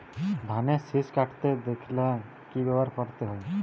ধানের শিষ কাটতে দেখালে কি ব্যবহার করতে হয়?